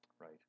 Right